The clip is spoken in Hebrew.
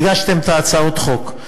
והגשתם את הצעת החוק.